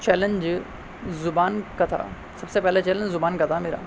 challenge زبان کا تھا سب سے پہلا چیلنج زبان کا تھا میرا